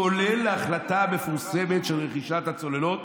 כולל להחלטה המפורסמת של רכישת הצוללות,